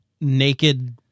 naked